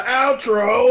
outro